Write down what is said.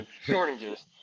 shortages